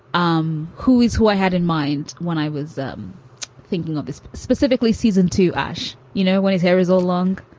um who is who i had in mind when i was um thinking of this specifically season to ash, you know, when his hair is all long.